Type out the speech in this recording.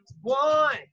one